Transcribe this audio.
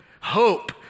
hope